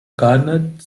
garnered